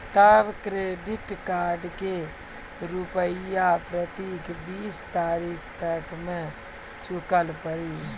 तब credit card के रूपिया प्रतीक बीस तारीख तक मे चुकल पड़ी?